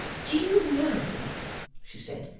do you know she said,